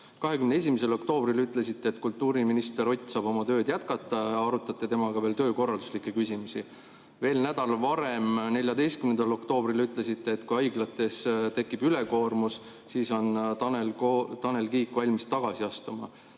21. oktoobril te ütlesite, et kultuuriminister Ott saab oma tööd jätkata, te arutate temaga veel töökorralduslikke küsimusi. Veel nädal varem, 14. oktoobril te ütlesite, et kui haiglates tekib ülekoormus, siis on Tanel Kiik valmis tagasi astuma.